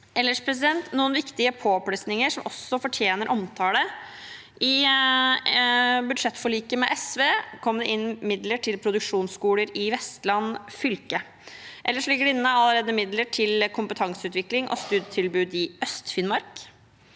noen viktige påplussinger som også fortjener omtale: I budsjettforliket med SV kom det inn midler til produksjonsskoler i Vestland fylke. Det ligger allerede inne midler til kompetanseutvikling og studietilbud i Øst-Finnmark,